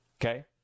Okay